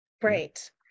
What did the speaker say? Great